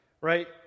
right